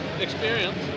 experience